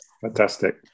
fantastic